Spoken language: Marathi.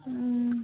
हं